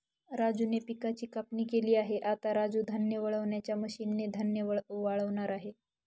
राजूने पिकाची कापणी केली आहे, आता राजू धान्य वाळवणाच्या मशीन ने धान्य वाळवणार आहे